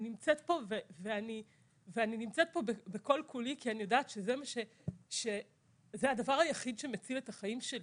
אני נמצאת פה כל כולי כי אני יודעת שזה הדבר היחיד שמציל את החיים שלי,